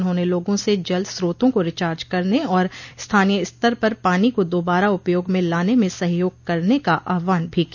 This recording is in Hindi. उन्होंने लोगों से जल स्रोतों को रिचार्ज करने और स्थानीय स्तर पर पानी को दोबारा उपयोग में लाने में सहयोग करने का आहवान भी किया